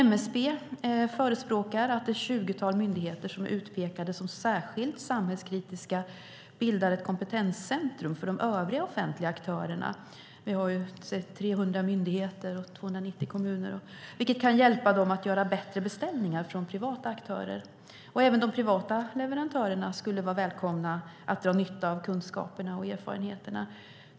MSB förespråkar att ett tjugotal myndigheter som är utpekade som särskilt samhällskritiska bildar ett kompetenscentrum för de övriga offentliga aktörerna - vi har ju 300 myndigheter och 290 kommuner - vilket kan hjälpa dem att göra bättre beställningar från privata aktörer. Även de privata leverantörerna skulle vara välkomna att dra nytta av kunskaperna och erfarenheterna.